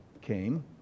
came